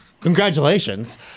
Congratulations